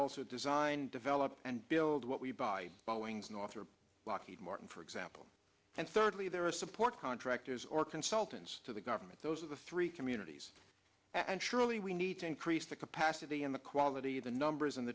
also design develop and build what we buy boeing's northrop lockheed martin for example and thirdly there are support contractors or consultants to the government those of the three communities and surely we need to increase the capacity in the quality of the numbers